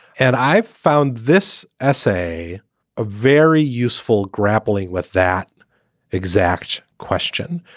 and i've found this essay a very useful grappling with that exact question.